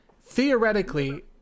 theoretically